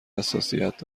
حساسیت